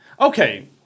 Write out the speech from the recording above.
okay